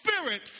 Spirit